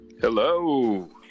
Hello